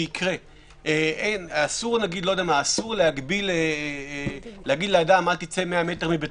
שגם במצב הכי חירומי שייקרה אסור להגביל אדם לצאת 100 מטר מביתו,